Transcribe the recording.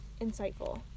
insightful